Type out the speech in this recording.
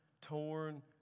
torn